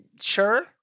Sure